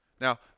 now